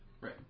Right